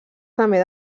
també